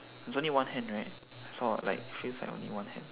there is only one hand right I saw feels like only one hand